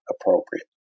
appropriate